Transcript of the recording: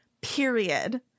period